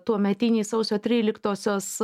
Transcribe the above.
tuometinį sausio tryliktosios